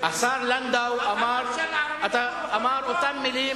השר לנדאו אמר אותן מלים.